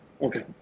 Okay